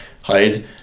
hide